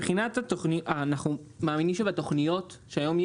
אנחנו מאמינים שבתוכניות היום,